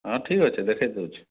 ହଁ ଠିକ୍ ଅଛି ଦେଖେଇ ଦେଉଛି